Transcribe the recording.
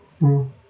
mm